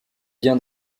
bien